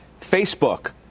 Facebook